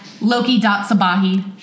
Loki.Sabahi